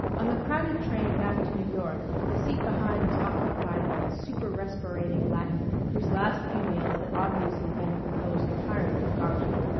on the crowded train back to new york the seat behind was occupied by a super-respirating latin whose last few meals had obviously been composed entirely of garlic.